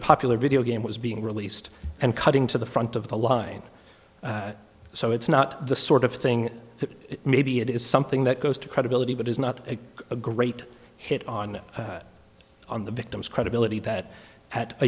popular video game was being released and cutting to the front of the line so it's not the sort of thing that maybe it is something that goes to credibility but is not a great hit on on the victim's credibility that at a